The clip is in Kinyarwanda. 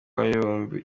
w’abibumbye